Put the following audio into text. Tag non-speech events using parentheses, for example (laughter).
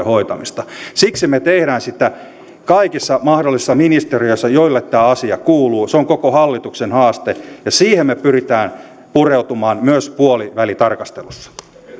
(unintelligible) hoitamista siksi me teemme sitä kaikissa mahdollisissa ministeriöissä joille tämä asia kuuluu se on koko hallituksen haaste ja siihen me pyrimme pureutumaan myös puolivälitarkastelussa